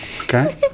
okay